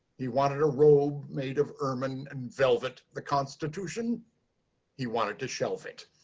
he wanted a robe made of ermen and velvet, the constitution he wanted to shelve it.